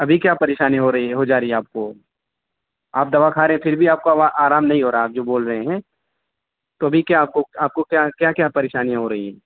ابھی کیا پریشانی ہو رہی ہے ہو جا رہی ہے آپ کو آپ دوا کھا رہے ہیں پھر بھی آپ کو آوا آرام نہیں ہو رہا آپ جو بول رہے ہیں تو ابھی کیا آپ کو آپ کو کیا کیا کیا پریشانیاں ہو رہی ہیں